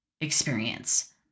experience